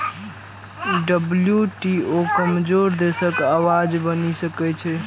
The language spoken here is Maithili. डब्ल्यू.टी.ओ कमजोर देशक आवाज बनि सकै छै